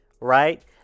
Right